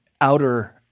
outer